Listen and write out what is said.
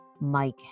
Mike